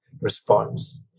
response